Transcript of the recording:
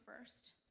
first